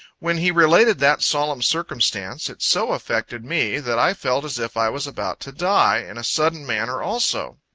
when he related that solemn circumstance, it so affected me, that i felt as if i was about to die in a sudden manner also.